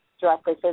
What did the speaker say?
directly